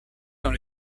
dans